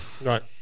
right